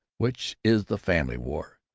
which is the family war.